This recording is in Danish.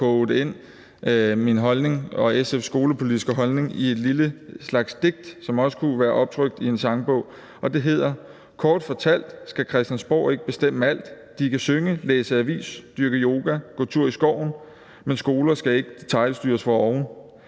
prøvet at koge min og SF's skolepolitiske holdning ind i en slags lille digt, som også kunne være optrykt i en sangbog. Det hedder: Kort fortalt skal Christiansborg ikke bestemme alt/de kan synge, læse avis, dyrke yoga, gå tur i skoven/men skoler skal ikke detailstyres fra oven./Det